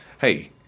Hey